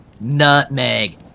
Nutmeg